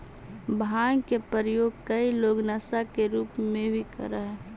भाँग के प्रयोग कई लोग नशा के रूप में भी करऽ हई